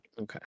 Okay